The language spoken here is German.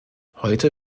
heute